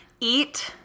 Eat